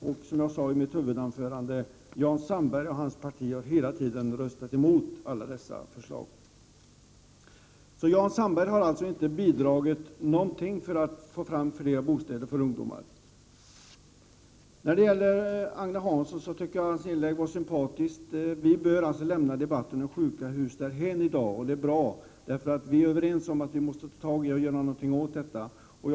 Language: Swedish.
Och som jag sade i mitt huvudanförande har Jan Sandberg och hans parti hela tiden röstat emot alla dessa förslag. Jan Sandberg har alltså inte bidragit med någonting för att få fram fler bostäder för ungdomar. Jag tycker att Agne Hanssons inlägg var sympatiskt. Vi bör alltså lämna debatten om sjuka hus därhän i dag, för vi är överens om att vi måste göra någonting åt problemet.